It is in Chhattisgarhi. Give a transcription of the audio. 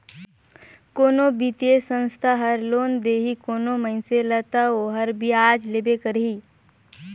कोनो बित्तीय संस्था हर लोन देही कोनो मइनसे ल ता ओहर बियाज लेबे करही